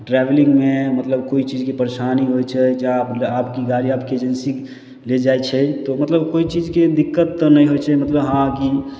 ट्रेवलिंगमे मतलब कोइ चीजके परेशानी होइ छै जा आपकी गाड़ी आपकी एजेंसी ले जाइ छै तऽ मतलब कोइ चीजके दिक्कत तऽ नहि होइ छै मतलब हॅं कि